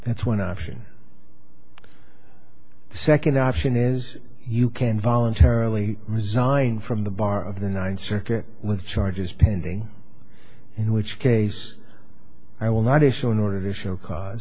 that's one option the second option is you can voluntarily resign from the bar of the ninth circuit with charges pending in which case i will not issue an order to show cause